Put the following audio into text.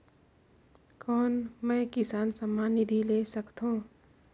कौन मै किसान सम्मान निधि ले सकथौं?